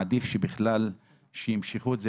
עדיף שימשכו את זה,